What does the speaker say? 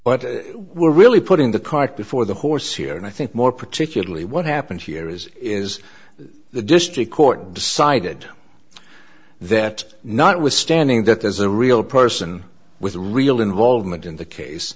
but we're really putting the cart before the horse here and i think more particularly what happened here is is the district court decided that notwithstanding that there's a real person with a real involvement in the case